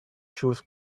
shoes